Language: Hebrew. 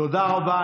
תודה רבה.